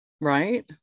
right